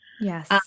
Yes